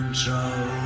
Control